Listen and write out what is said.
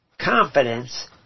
confidence